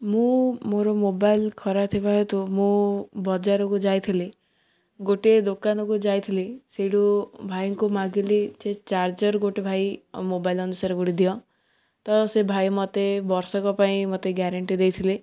ମୁଁ ମୋର ମୋବାଇଲ୍ ଖରା ଥିବା ହେତୁ ମୁଁ ବଜାରକୁ ଯାଇଥିଲି ଗୋଟେ ଦୋକାନକୁ ଯାଇଥିଲି ସେଇଠୁ ଭାଇଙ୍କୁ ମାଗିଲି ସେ ଚାର୍ଜର ଗୋଟେ ଭାଇ ମୋବାଇଲ୍ ଅନୁସାରେ ଗୋଟେ ଦିଅ ତ ସେ ଭାଇ ମୋତେ ବର୍ଷକ ପାଇଁ ମୋତେ ଗ୍ୟାରେଣ୍ଟି ଦେଇଥିଲେ